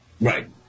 Right